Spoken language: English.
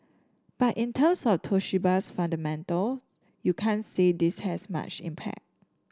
but in terms of Toshiba's fundamental you can't say this has much impact